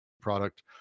product